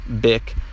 Bick